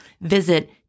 Visit